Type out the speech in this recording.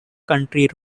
country